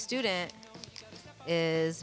student is